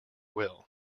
will